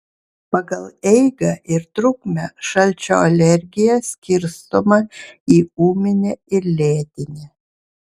pagal eigą ir trukmę šalčio alergija skirstoma į ūminę ir lėtinę